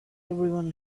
everyone